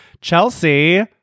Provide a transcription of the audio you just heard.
Chelsea